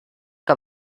que